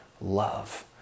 love